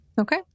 Okay